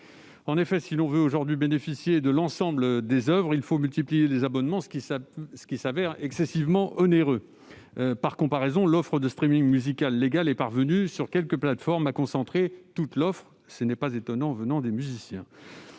En effet, si l'on veut aujourd'hui bénéficier de l'ensemble des oeuvres, il faut multiplier les abonnements, ce qui s'avère excessivement onéreux. Par comparaison, l'offre de musical légale est parvenue, sur quelques plateformes, à concentrer toute l'offre, ce qui n'est pas étonnant de la part des musiciens.